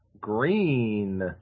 green